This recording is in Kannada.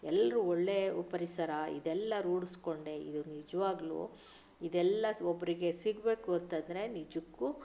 ಎಲ್ಲರೂ ಒಳ್ಳೆಯ ಉ ಪರಿಸರ ಇದೆಲ್ಲ ರೂಢಿಸ್ಕೊಂಡೆ ಇದು ನಿಜವಾಗ್ಲೂ ಇದೆಲ್ಲ ಸ್ ಒಬ್ಬರಿಗೆ ಸಿಗಬೇಕು ಅಂತಂದರೆ ನಿಜಕ್ಕೂ